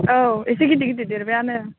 औ एसे गिदिर गिदिर देरबायानो